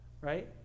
right